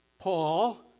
Paul